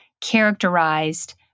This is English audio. characterized